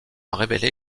révélé